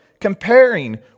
comparing